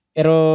Pero